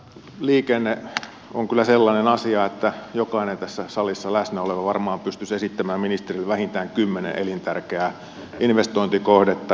liikenne on kyllä sellainen asia että jokainen tässä salissa läsnä oleva varmaan pystyisi esittämään ministerille vähintään kymmenen elintärkeää investointikohdetta